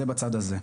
זה בצד הזה.